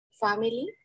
family